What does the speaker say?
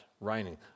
raining